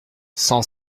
cent